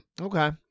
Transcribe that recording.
Okay